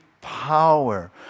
power